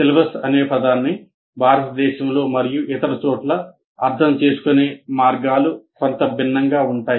syllabus అనే పదాన్ని భారతదేశంలో మరియు ఇతర చోట్ల అర్థం చేసుకునే మార్గాలు కొంత భిన్నంగా ఉంటాయి